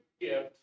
gift